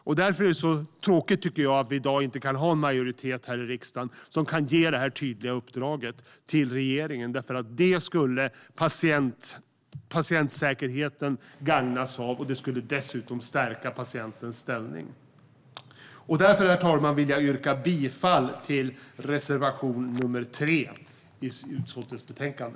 Det är tråkigt att vi i dag inte har en majoritet här i riksdagen för att ge detta tydliga uppdrag till regeringen, för det skulle patientsäkerheten gagnas av. Det skulle dessutom stärka patientens ställning. Därför, herr talman, vill jag yrka bifall till reservation nr 3 i utskottets betänkande.